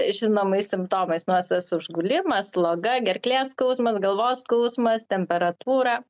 žinomais simptomais nosies užgulimas sloga gerklės skausmas galvos skausmas temperatūra